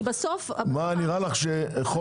התשפ"ג-2022 בתקופה של שש שנים מיום תחילתו של חוק